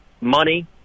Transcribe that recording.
money